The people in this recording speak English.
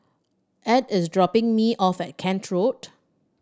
Edw is dropping me off at Kent Road